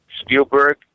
Spielberg